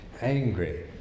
angry